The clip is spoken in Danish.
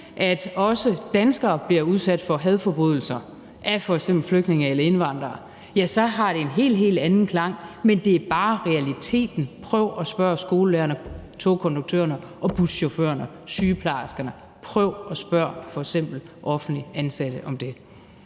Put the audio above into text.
at også danskere bliver udsat for hadforbrydelser af f.eks. flygtninge eller indvandrere. Men det er bare realiteten. Prøv at spørge skolelærerne, togkontrollørerne, buschaufførerne og sygeplejerskerne. Prøv at spørge f.eks. offentligt ansatte om det.